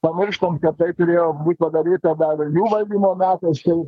pamirštant kad tai turėjo būt padaryta dar valdymo metais tai